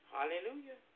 Hallelujah